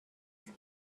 است